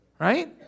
Right